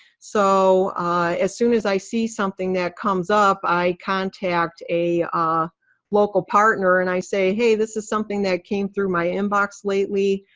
so as soon as i see something that comes up, i contact a ah local partner, and i say hey, this is something that came through my inbox lately.